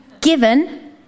given